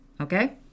Okay